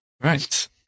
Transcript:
Right